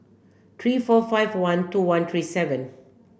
three four five one two one three seven